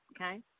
okay